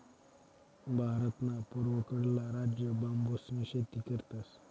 भारतना पूर्वकडला राज्य बांबूसनी शेती करतस